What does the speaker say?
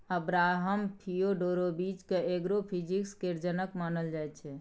Abraham Fyodorovich केँ agro physics केर जनक मानल जाइ छै